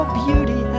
beauty